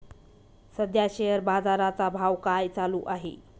सध्या शेअर बाजारा चा भाव काय चालू आहे?